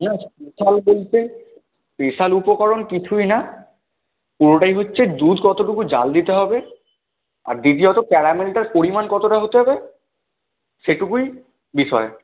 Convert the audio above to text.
না স্পেশাল বলতে স্পেশাল উপকরণ কিছুই না পুরোটাই হচ্ছে দুধ কতোটুকু জাল দিতে হবে আর দ্বিতীয়ত ক্যারামেলটার পরিমাণ কতোটা হতে হবে সেটুকুই বিষয়